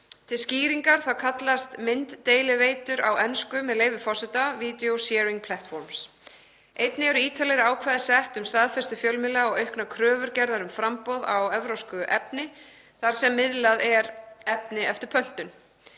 forseta, þá kallast mynddeiliveitur á ensku „video sharing platforms“. Einnig eru ítarlegri ákvæði sett um staðfestu fjölmiðla og auknar kröfur gerðar um framboð á evrópsku efni þar sem miðlað er efni eftir pöntun.